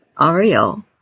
Ariel